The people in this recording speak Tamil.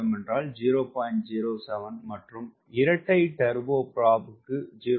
07 மற்றும் இரட்டை டர்போபிராப் 0